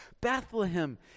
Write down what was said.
Bethlehem